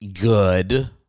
good